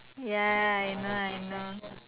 ya I know I know